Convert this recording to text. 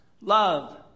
love